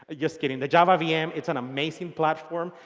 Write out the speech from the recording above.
ah just kidding the java vm, it's an amazing platform,